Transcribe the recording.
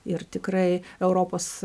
ir tikrai europos